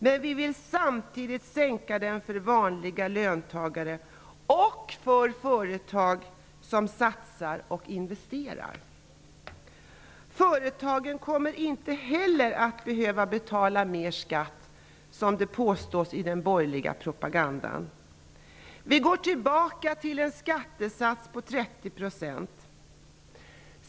Men vi vill samtidigt sänka skatten för vanliga löntagare och för företag som satsar och investerar. Företagen kommer inte heller att behöva betala mer skatt, som det påstås i den borgerliga propagandan. Vi går tillbaka till en skattesats på 30 %.